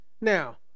now